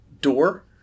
door